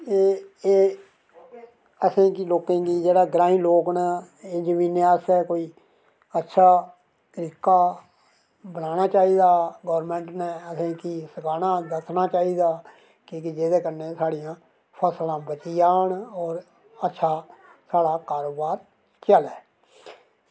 एह् एह् असेंगी लोकें गी जेह्ड़ा ग्राईं लोग न एह् जमीनें आस्तै कोई अच्छा तरीका बनाना चाहिदा गौरमैंट नै कि सनाना दस्सना चाहिदा कि जेह्दे कन्नै साढ़ियां फसलां बची जान होर अच्छा जेह्ड़ा साढ़ा कारोबार चलै